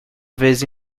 vez